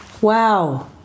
Wow